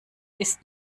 ist